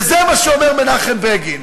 וזה מה שאומר מנחם בגין,